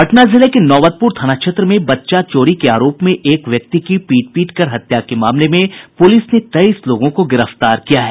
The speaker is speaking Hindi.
पटना जिले के नौबतप्र थाना क्षेत्र में बच्चा चोरी के आरोप में एक व्यक्ति की पीट पीट कर हत्या के मामले में पुलिस ने तेईस लोगों को गिरफ्तार किया है